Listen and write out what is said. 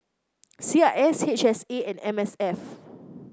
C I S H S A and M S F